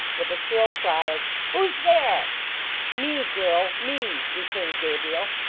with a shrill cry of who's there me, girl, me returned gabriel.